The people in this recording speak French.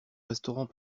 restaurant